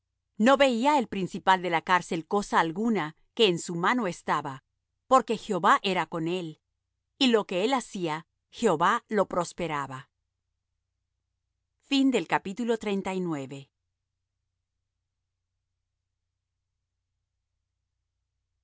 no veía el principal de la cárcel cosa alguna que en su mano estaba porque jehová era con él y lo que él hacía jehová lo prosperaba y